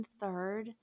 third